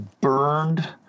burned